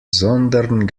sondern